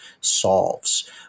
solves